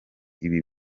ibi